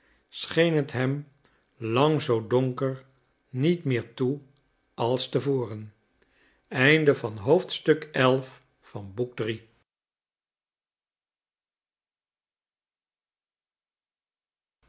scheen het hem lang zoo donker niet meer toe als te voren